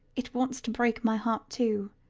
it wants to break my heart too.